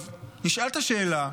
עכשיו נשאלת השאלה: